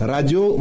Radio